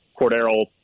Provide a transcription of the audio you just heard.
cordero